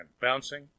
bouncing